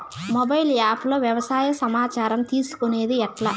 Mobile app లో వ్యవసాయ సమాచారం తీసుకొనేది ఎట్లా?